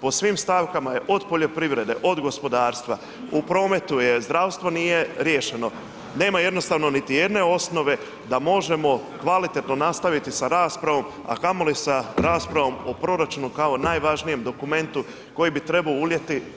Po svim stavkama je, od poljoprivrede, od gospodarstva, u prometu je, zdravstvo nije riješeno, nema jednostavno niti jedne osnove da možemo kvalitetno nastaviti sa raspravom, a kamoli sa raspravom o proračunu kao najvažnijem dokumentu koji bi trebao